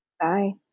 Bye